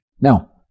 Now